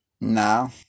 No